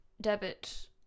Debit